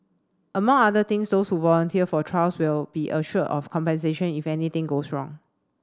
among other things those who volunteer for trials will be assured of compensation if anything goes wrong